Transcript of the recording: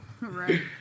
Right